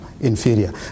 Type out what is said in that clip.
inferior